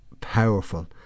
powerful